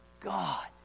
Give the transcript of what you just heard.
God